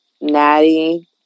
Natty